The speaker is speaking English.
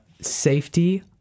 safety